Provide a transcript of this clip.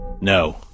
No